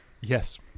Yes